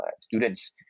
students